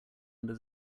under